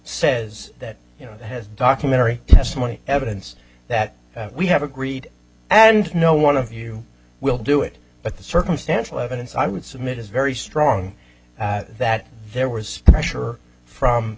says that you know it has documentary testimony evidence that we have agreed and no one of you will do it but the circumstantial evidence i would submit is very strong that there was pressure from